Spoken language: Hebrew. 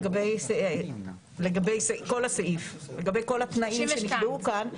לגבי כל הסעיף, לגבי כל התנאים שנקבעו כאן.